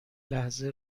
لحظه